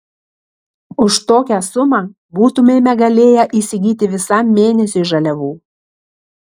už tokią sumą būtumėme galėję įsigyti visam mėnesiui žaliavų